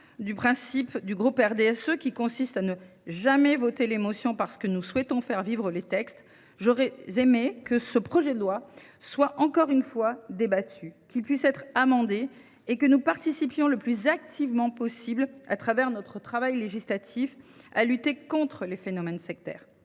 de principe de mon groupe, qui consiste à ne jamais voter pour les motions parce que nous souhaitons faire vivre les textes qui nous sont soumis, j’aurais aimé que ce projet de loi soit à nouveau débattu, qu’il puisse être amendé et que nous participions le plus activement possible, au travers de notre travail législatif, à lutter contre les phénomènes sectaires.